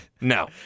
No